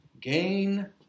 gain